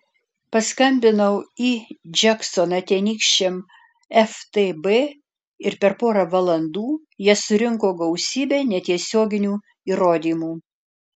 paskambinau į džeksoną tenykščiam ftb ir per porą valandų jie surinko gausybę netiesioginių įrodymų